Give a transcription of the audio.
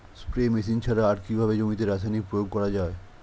Spray machine ছাড়া আর কিভাবে জমিতে রাসায়নিক প্রয়োগ করা যায়?